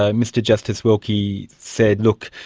ah mr justice wilkie said, look,